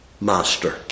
master